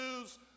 news